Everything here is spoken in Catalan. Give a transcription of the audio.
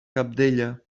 cabdella